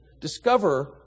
discover